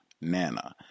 nana